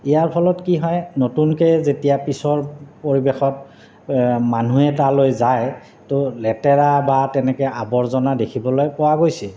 ইয়াৰ ফলত কি হয় নতুনকৈ যেতিয়া পিছৰ পৰিৱেশত মানুহে তালৈ যায় তো লেতেৰা বা তেনেকৈ আৱৰ্জনা দেখিবলৈ পোৱা গৈছে